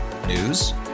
News